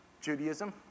Judaism